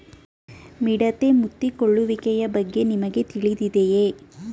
ಮಿಡತೆ ಮುತ್ತಿಕೊಳ್ಳುವಿಕೆಯ ಬಗ್ಗೆ ನಿಮಗೆ ತಿಳಿದಿದೆಯೇ?